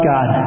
God